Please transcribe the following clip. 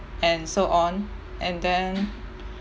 and so on and then